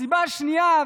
הסיבה השנייה,